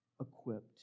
equipped